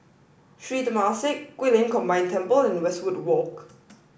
Sri Temasek Guilin Combined Temple and Westwood Walk